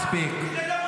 מספיק.